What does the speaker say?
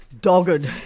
dogged